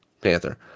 Panther